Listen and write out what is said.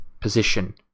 position